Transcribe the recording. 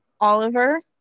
Oliver